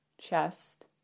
chest